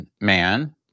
man